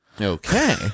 Okay